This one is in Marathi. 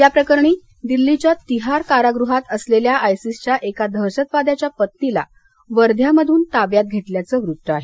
याप्रकरणी दिल्लीच्या तिहार कारागृहात असलेल्या आयसीसच्या एका दहशतवाद्याच्या पत्नीला वध्यामधून ताब्यात घेतल्याचं वृत्त आहे